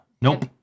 Nope